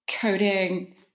coding